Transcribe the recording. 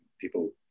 people